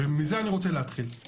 מזה אני רוצה להתחיל.